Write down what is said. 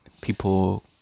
people